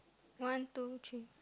one two three